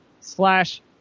slash